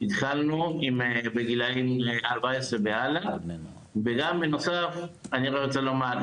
התחלנו עם גילאי 14 והלאה וגם בנוסף אני רוצה לומר,